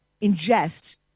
ingests